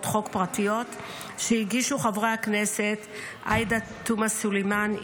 חוק פרטיות שהגישו חברי הכנסת עאידה תומא סלימאן,